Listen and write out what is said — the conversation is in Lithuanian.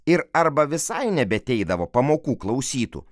ir arba visai nebeateidavo pamokų klausytų